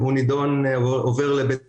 הוא עובר לבית המשפט.